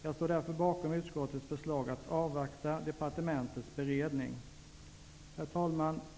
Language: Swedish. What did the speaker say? Jag står därför bakom utskottets förslag att avvakta departementets beredning. Herr talman!